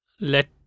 let